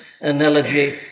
analogy